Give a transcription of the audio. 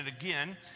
again